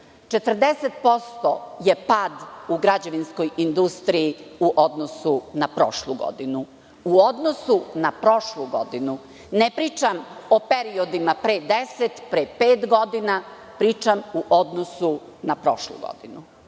končničar. Pad u građevinskoj industriji je 40% u odnosu na prošlu godinu. U odnosu na prošlu godinu. Ne pričam o periodima pre 10, pre pet godina, pričam u odnosu na prošlu godinu. Kad